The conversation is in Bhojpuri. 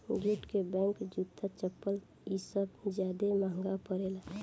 जूट के बैग, जूता, चप्पल इ सब ज्यादे महंगा परेला